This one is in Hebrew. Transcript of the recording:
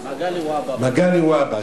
מגלי והבה,